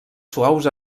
suaus